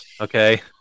okay